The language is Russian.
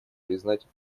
признать